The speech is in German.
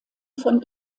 von